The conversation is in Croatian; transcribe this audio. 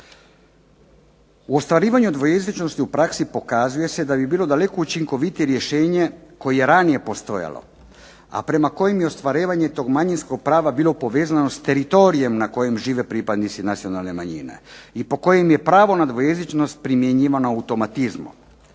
U ostvarivanju dvojezičnosti u praksi pokazuje se da bi bilo daleko učinkovitije rješenje koje je ranije postojalo, a prema kojem je ostvarivanje tog manjinskog prava bilo povezano s teritorijem na kojem žive pripadnici nacionalne manjine i po kojem je pravo na dvojezičnost primjenjivana automatizmom.